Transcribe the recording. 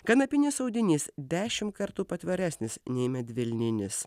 kanapinis audinys dešim kartų patvaresnis nei medvilninis